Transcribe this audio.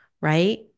right